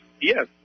yes